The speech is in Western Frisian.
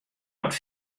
wat